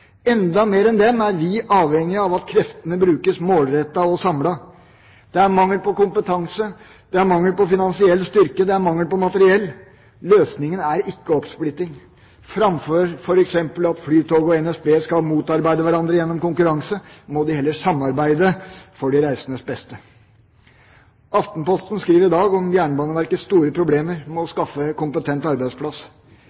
Enda mer enn dem er vi avhengig av at kreftene brukes målrettet og samlet. Det er mangel på kompetanse, finansiell styrke og materiell. Løsningen er ikke oppsplitting. Framfor at f.eks. Flytoget og NSB skal motarbeide hverandre gjennom konkurranse, må de heller samarbeide for de reisendes beste. Aftenposten skriver i dag om Jernbaneverkets store problemer med å